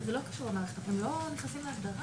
זה לא קשור למערכת, הם לא נכנסים להגדרה.